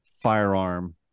firearm